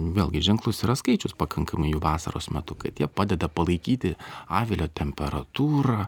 vėlgi ženklus yra skaičius pakankamai jų vasaros metu kad jie padeda palaikyti avilio temperatūrą